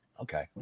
okay